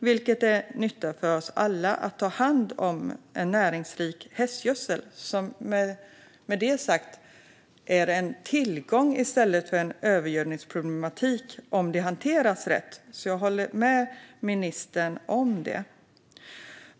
Det är till nytta för oss alla att man tar hand om näringsrik hästgödsel. Med det sagt är det en tillgång i stället för en övergödningsproblematik om det hanteras rätt. Jag håller med ministern om det.